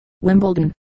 Wimbledon